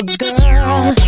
girl